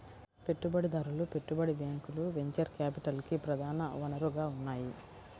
పెట్టుబడిదారులు, పెట్టుబడి బ్యాంకులు వెంచర్ క్యాపిటల్కి ప్రధాన వనరుగా ఉన్నాయి